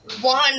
one